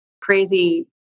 crazy